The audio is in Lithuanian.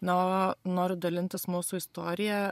na o noriu dalintis mūsų istorija